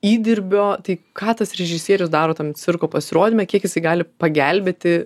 įdirbio tai ką tas režisierius daro tam cirko pasirodyme kiek jisai gali pagelbėti